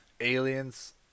aliens